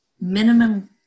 minimum